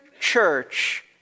church